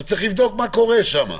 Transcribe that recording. צריך לבדוק מה קורה שם.